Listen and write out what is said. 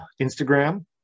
Instagram